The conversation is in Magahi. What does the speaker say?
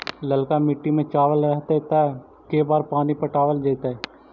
ललका मिट्टी में चावल रहतै त के बार पानी पटावल जेतै?